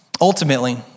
ultimately